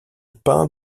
peint